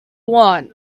want